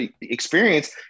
experience